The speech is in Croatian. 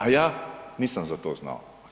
A ja nisam za to znao.